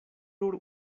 nur